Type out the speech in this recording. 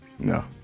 No